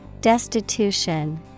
Destitution